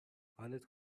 حالت